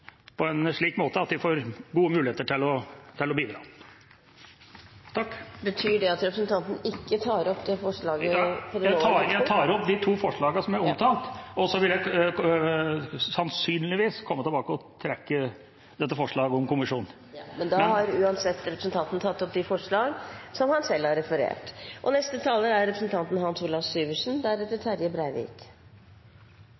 slik måte at de får gode muligheter til å bidra. Betyr dette at representanten ikke tar opp det forslaget? Jeg tar opp de to forslagene jeg har omtalt, og så vil jeg sannsynligvis komme tilbake og trekke forslaget om en kommisjon. Da har representanten Tore Hagebakken tatt opp de forslagene han refererte til. Det siste må jo være fordi representanten